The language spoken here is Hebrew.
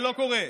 איך זה קרה לו?